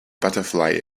butterfly